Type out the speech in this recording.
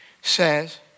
says